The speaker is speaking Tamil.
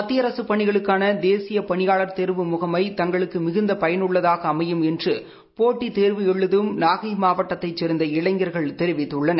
மத்திய அரசு பணிகளுக்கான தேசிய பணியாளர் தேர்வு முகமை தங்களுக்கு மிகுந்த பயனுள்ளதாக அமையும் என்று போட்டித் தேர்வு எழுதம் நாகை மாவட்டத்தைச் சேர்ந்த இளைஞர்கள் தெரிவித்துள்ளனர்